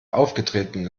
aufgetreten